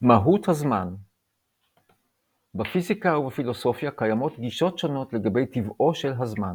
מהות הזמן בפיזיקה ובפילוסופיה קיימות גישות שונות לגבי טבעו של הזמן.